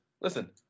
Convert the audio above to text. Listen